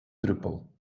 druppel